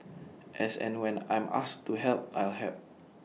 as and when I'm asked to help I'll help